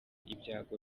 ibyago